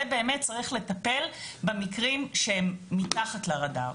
זה באמת צריך לטפל במקרים שהם מתחת לרדאר.